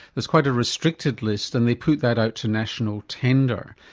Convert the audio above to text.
there's quite a restricted list and they put that out to national tender.